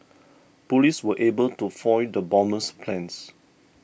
police were able to foil the bomber's plans